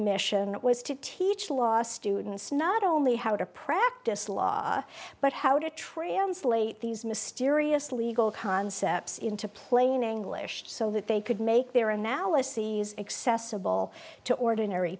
mission was to teach law students not only how to practice law but how to translate these mysterious legal concepts into plain english so that they could make their analyses accessible to ordinary